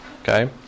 Okay